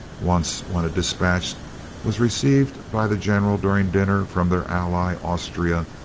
once when a despatch was received by the general during dinner, from their ally, austria,